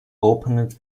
opened